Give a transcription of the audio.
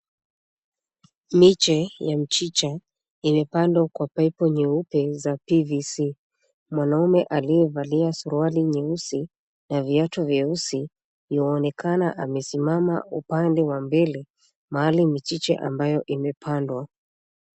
Miche ya michiche imepandwa kwa pipu nyeupe za PVC. Mwanaume aliyevalia suruali nyeusi na viatu vyeusi, yuaonekana amesimama upande wa mbele mahali michiche ambayo imepandwa.